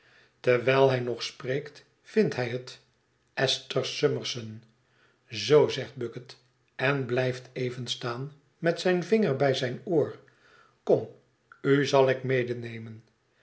terwijl hij nog spreekt vindt hij het esther summerson zoo zegt bucket en blijft even staan met zijn vinger bij zijn oor kom u zal ik